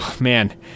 man